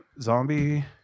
zombie